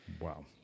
Wow